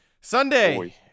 Sunday